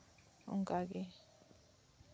ᱚᱱᱠᱟ ᱜᱮ